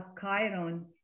chiron